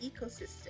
ecosystem